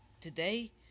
today